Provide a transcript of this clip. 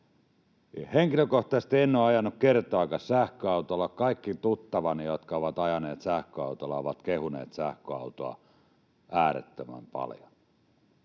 Henkilökohtaisesti en ole ajanut kertaakaan sähköautolla. Kaikki tuttavani, jotka ovat ajaneet sähköautolla, ovat kehuneet sähköautoa äärettömän paljon,